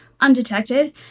undetected